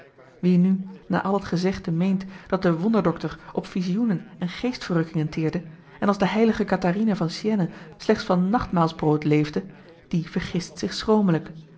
wie nu na al het gezegde meent dat de wonderdokter op visioenen en geestverrukkingen teerde en als de heilige catharina van siëne slechts van nachtmaalsbrood leefde die vergist zich